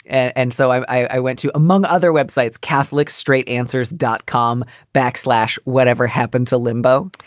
and so i went to, among other websites, catholics, straight answers, dot com backslash, whatever happened to limbo